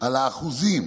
על האחוזים